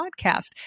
podcast